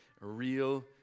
real